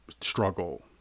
struggle